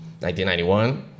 1991